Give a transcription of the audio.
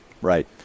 Right